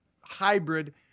hybrid